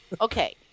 Okay